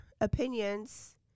opinions